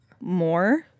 more